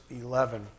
eleven